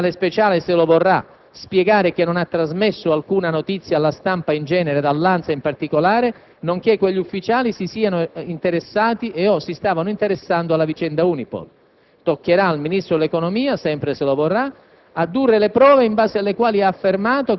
Non è evidentemente questa la sede per specifiche elaborazioni giuridiche. Toccherà al generale Speciale, se lo vorrà, spiegare che non ha trasmesso alcuna notizia alla stampa in genere ed all'Ansa in particolare nonché che quegli ufficiali si erano interessati e/o si stavano interessando alla vicenda Unipol.